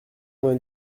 vingt